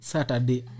Saturday